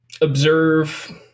observe